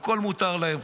הכול מותר להם,